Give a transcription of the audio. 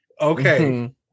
okay